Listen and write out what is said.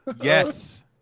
Yes